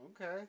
Okay